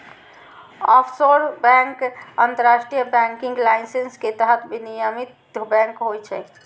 offshore bank अंतरराष्ट्रीय banking licence के तहत विनियमित बैंक होइ छै